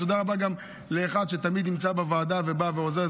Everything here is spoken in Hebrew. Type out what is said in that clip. ותודה רבה גם לאחד שתמיד נמצא בוועדה ובא ועוזר,